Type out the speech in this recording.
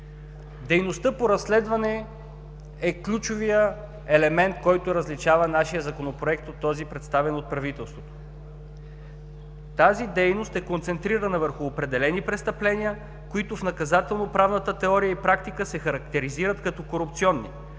Дейността по разследване е ключовият елемент, който различава нашия Законопроект от този, представен от правителството. Тази дейност е концентрирана върху определени престъпления, които в наказателноправната теория и практика се характеризират като корупционни.